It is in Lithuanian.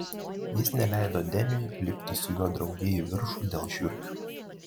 jis neleido deniui lipti su juo drauge į viršų dėl žiurkių